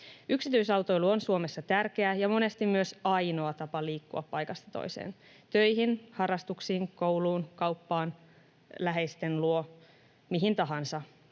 Yksityisautoilu on Suomessa tärkeä ja monesti myös ainoa tapa liikkua paikasta toiseen: töihin, harrastuksiin, kouluun, kauppaan, läheisten luo, mihin tahansa.